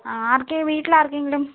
ആർക്കെങ്കിലും വീട്ടിലാർക്കെങ്കിലും